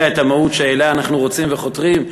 את המהות שאליה אנחנו רוצים וחותרים,